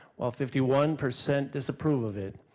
while fifty one percent disapprove of it.